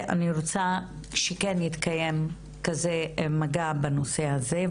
אני רוצה שכן יתקיים כזה מגע בנושא הזה,